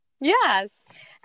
Yes